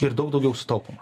ir daug daugiau stopų